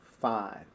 Five